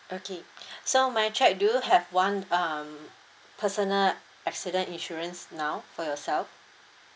okay so my check do you have one um personal accident insurance now for yourself